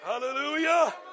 Hallelujah